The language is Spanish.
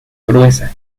gruesa